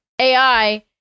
ai